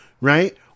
Right